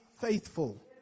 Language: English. faithful